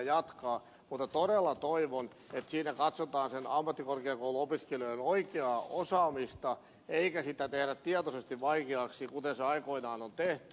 mutta todella toivon että siinä katsotaan sen ammattikorkeakouluopiskelijan oikeaa osaamista eikä sitä tehdä tietoisesti vaikeaksi kuten se aikoinaan on tehty